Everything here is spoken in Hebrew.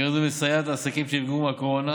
קרן זו מסייעת לעסקים שנפגעו מהקורונה